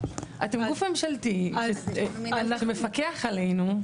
אתם גוף ממשלתי שמפקח עלינו.